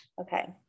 Okay